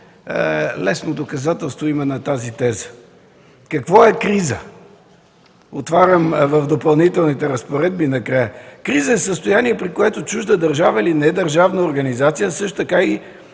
лесно доказателство има на тази теза. Какво е криза? Отварям накрая в Допълнителните разпоредби: „Криза е състояние, при което чужда държава или недържавна организация, също така и